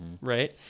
right